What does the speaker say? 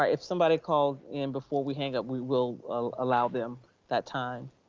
ah if somebody calls in before we hang up, we will allow them that time.